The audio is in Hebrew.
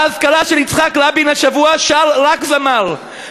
באזכרה של יצחק רבין השבוע שר רק זמר,